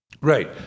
Right